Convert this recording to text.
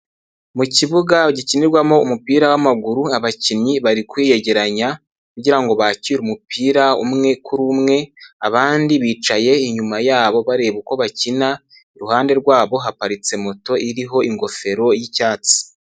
Mu kibuga gikinirwamo umupira w'amaguru, abakinnyi bari kwiyegeranya kugirango bakire umupira umwe kuri umwe, abandi bicaye inyuma yabo bareba uko bakina, iruhande rwabo haparitse moto iriho ingofero y'icyatsi.